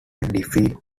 defeat